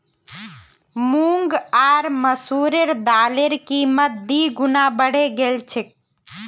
मूंग आर मसूरेर दालेर कीमत दी गुना बढ़े गेल छेक